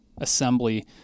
assembly